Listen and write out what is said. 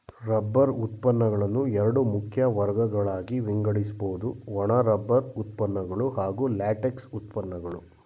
rubber ಉತ್ಪನ್ನಗಳನ್ನು ಎರಡು ಮುಖ್ಯ ವರ್ಗಗಳಾಗಿ ವಿಂಗಡಿಸ್ಬೋದು ಒಣ ರಬ್ಬರ್ ಉತ್ಪನ್ನಗಳು ಹಾಗೂ ಲ್ಯಾಟೆಕ್ಸ್ ಉತ್ಪನ್ನಗಳು